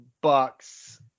bucks